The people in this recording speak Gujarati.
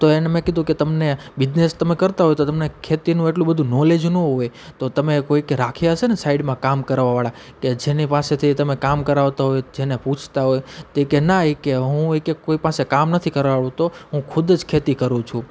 તો એને મેં કીધું કે તમને બીજનેસ તમે કરતાં હોય તો તમને ખેતીનું એટલું બધું નોલેજ નો હોય તો તમે કોઇકે રાખ્યા હશેને સાઇડમાં કામ કરવા વાળા કે જેની પાસેથી તમે કામ કરાવતા હોય જેને પૂછતાં હોય તો એ કહે ના એ કહે હું કોઈ પાસે કામ નથી કરાવતો હું ખુદ જ ખેતી કરું છું